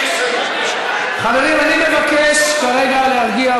חברים, אני מבקש כרגע להרגיע.